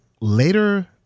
later